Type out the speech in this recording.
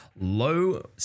low